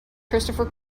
christopher